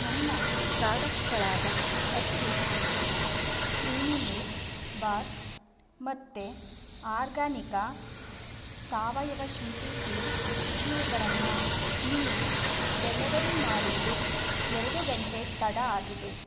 ನನ್ನ ಪ್ರಾಡಕ್ಟ್ಗಳಾದ Arshee's creamy milk bar ಮತ್ತು ಆರ್ಗ್ಯಾನಿಕಾ ಸಾವಯವ ಶುಂಟಿ ಟೀ ಇವುಗಳನ್ನ ನೀವು ಡೆಲವರಿ ಮಾಡಿದ್ದು ಎರಡು ಗಂಟೆ ತಡ ಆಗಿದೆ